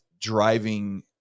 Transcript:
driving